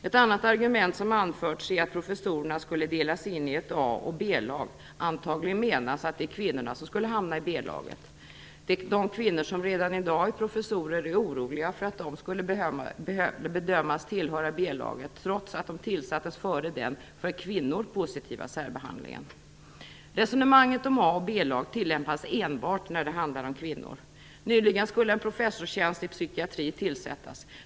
Ett annat argument som anförts är att professorerna skulle delas in i ett A och ett B-lag - antagligen är det meningen att det är kvinnorna som skulle hamna i B-laget. De kvinnor som redan i dag är professorer är oroliga för att de skall bedömas tillhöra B-laget, trots att de tillsattes före den för kvinnor positiva särbehandlingen. Resonemanget om A och B-lag tillämpas enbart när det handlar om kvinnor. Nyligen skulle en professorstjänst i psykiatri tillsättas.